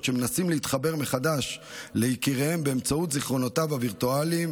מנסים להתחבר מחדש ליקיריהם באמצעות זיכרונותיהם הווירטואליים,